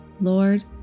Lord